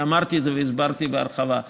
אני אמרתי את זה והסברתי בהרחבה,